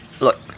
Look